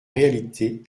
réalité